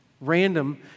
Random